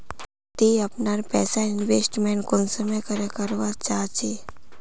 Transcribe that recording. ती अपना पैसा इन्वेस्टमेंट कुंसम करे करवा चाँ चची?